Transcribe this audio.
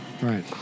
Right